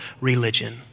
religion